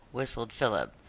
whistled philip,